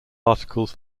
articles